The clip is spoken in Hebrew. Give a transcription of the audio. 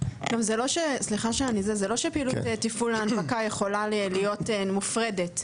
זה לא שפעילות תפעול ההנפקה יכולה להיות מופרדת,